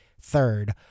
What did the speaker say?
third